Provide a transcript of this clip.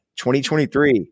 2023